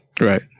Right